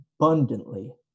abundantly